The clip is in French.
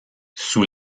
sous